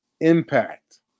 impact